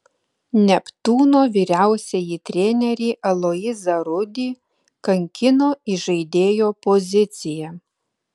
neptūno vyriausiąjį trenerį aloyzą rudį kankino įžaidėjo pozicija